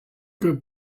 good